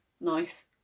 nice